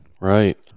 Right